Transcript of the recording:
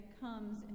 comes